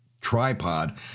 tripod